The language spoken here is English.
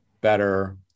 better